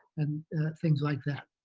and things like that.